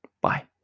Bye